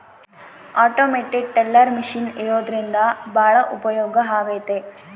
automated teller machine ಇರೋದ್ರಿಂದ ಭಾಳ ಉಪಯೋಗ ಆಗೈತೆ